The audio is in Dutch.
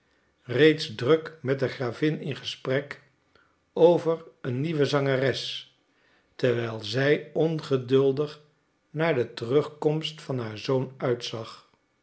reeds druk met de gravin in gesprek over een nieuwe zangeres terwijl zij ongeduldig naar de terugkomst van haar zoon uitzag